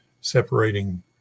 separating